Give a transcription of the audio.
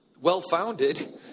well-founded